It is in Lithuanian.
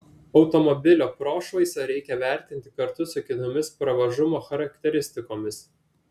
automobilio prošvaisą reikia vertinti kartu su kitomis pravažumo charakteristikomis